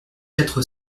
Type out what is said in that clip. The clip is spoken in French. quatre